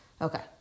Okay